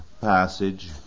passage